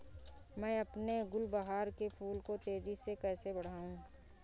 मैं अपने गुलवहार के फूल को तेजी से कैसे बढाऊं?